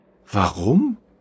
Warum